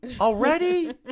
already